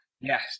Yes